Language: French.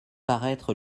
paraître